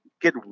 get